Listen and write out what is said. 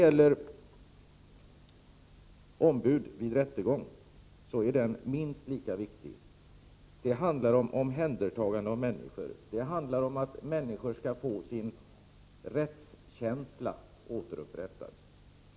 Frågan om ombud vid rättegång är minst lika viktig. Det handlar om att människor skall få sin rättskänsla återupprättad.